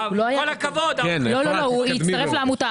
הוא הצטרף לעמותה.